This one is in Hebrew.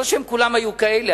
לא שכולם היו כאלה,